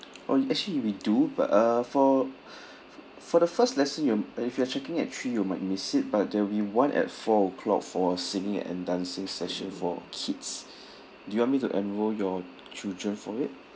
oh actually we do but uh for f~ for the first lesson you uh if you are checking in at three you might miss it but there'll be one at four o'clock for singing and dancing session for kids do you want me to enroll your children for it